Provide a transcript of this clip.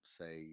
say